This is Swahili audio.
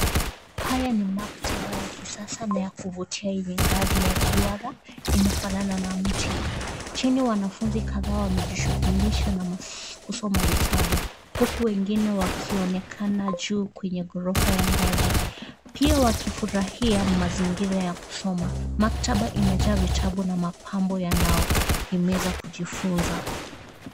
Haya ni maktaba ya kisasa na ya kuvutia yenye ngazi ya duara inafanana na mti. Chini wanafunzi kadhaa wamejishughulisha na kusoma vitabu huku wengine wakionekana juu kwenye ghorofa ya ngazi, pia wakifurahia mazingira ya kusoma. Maktaba imejaa vitabu na mapambo yanayohimiza kujifunza.